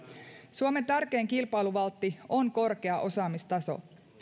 suomen tärkein kilpailuvaltti on korkea osaamistaso